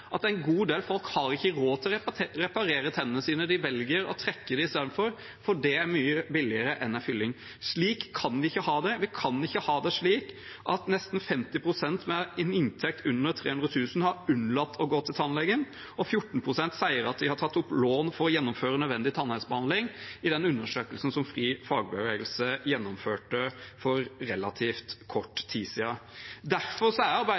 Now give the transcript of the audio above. at en god del folk har ikke råd til å reparere tennene sine, de velger å trekke dem isteden, for det er mye billigere enn en fylling. Slik kan vi ikke ha det. Vi kan ikke ha det slik at nesten 50 pst. med en inntekt under 300 000 kr unnlater å gå til tannlegen, og 14 pst. sier at de har tatt opp lån for å gjennomføre nødvendig tannhelsebehandling, ut fra den undersøkelsen som FriFagbevegelse gjennomførte for relativt kort tid siden. Derfor er